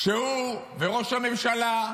כשהוא וראש הממשלה,